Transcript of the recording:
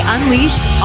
Unleashed